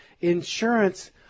insurance